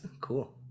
cool